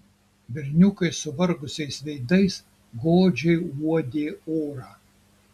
berniukai suvargusiais veidais godžiai uodė orą